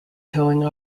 towing